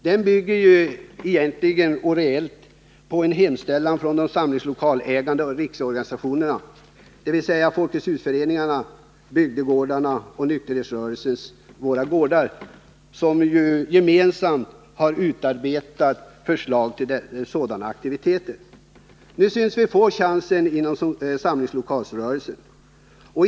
Den bygger reellt på en hemställan från de samlingslokalägande riksorganisationerna — Folkets hus-föreningarna, bygdegårdarna och nykterhetsrörelsens Våra gårdar — som gemensamt har utarbetat förslag till sådana aktiviteter. Nu synes vi få chansen inom samlingslokalrörelsen.